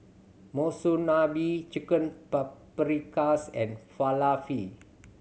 Monsunabe Chicken Paprikas and Falafel